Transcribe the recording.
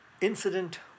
incident